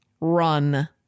run